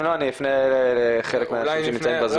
אם לא, אפנה לחלק מהאנשים שנמצאים בזום.